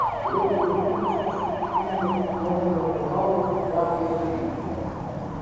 gerokai daugiau diskusijų sukėlė jos apsilankymas dachau koncentracijos stovykloje